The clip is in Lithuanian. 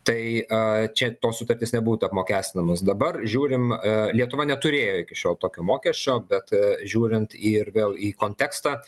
tai čia tos sutartys nebūtų apmokestinamos dabar žiūrim lietuva neturėjo iki šiol tokio mokesčio bet žiūrint ir vėl į kontekstą